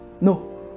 no